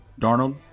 Darnold